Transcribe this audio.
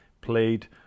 played